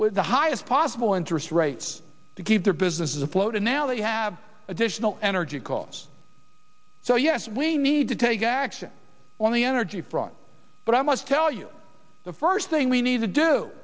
with the highest possible interest rates to keep their businesses afloat and now they have additional energy costs so yes we need to take action on the energy front but i must tell you the first thing we need to do